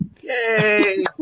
Yay